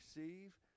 receive